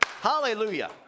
Hallelujah